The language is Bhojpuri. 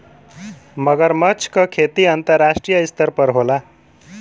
मगरमच्छ क खेती अंतरराष्ट्रीय स्तर पर होला